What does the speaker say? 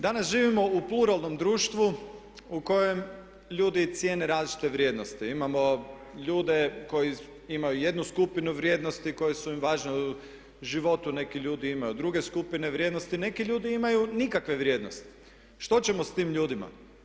Danas živimo u pluralnom društvu u kojem ljudi cijene različite vrijednosti, imamo ljude koji imaju jednu skupinu vrijednosti, koje su im važne, u životu neki ljudi imaju druge skupine vrijednosti, neki ljudi imaju nikakve vrijednosti, što ćemo s tim ljudima?